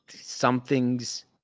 something's